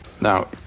Now